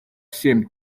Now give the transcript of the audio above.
семь